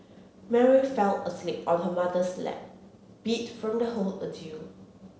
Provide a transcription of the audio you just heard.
Mary fell asleep on her mother's lap beat from the whole ordeal